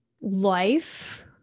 life